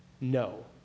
No